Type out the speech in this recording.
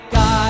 God